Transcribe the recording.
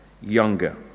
younger